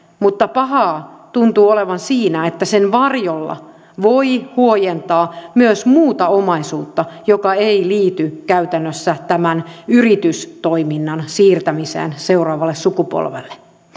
mutta pahaa tuntuu olevan siinä että sen varjolla voi huojentaa myös muuta omaisuutta joka ei liity käytännössä tämän yritystoiminnan siirtämiseen seuraavalle sukupolvelle